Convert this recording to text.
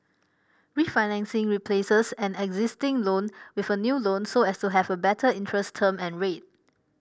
refinancing replaces an existing loan with a new loan so as to have a better interest term and rate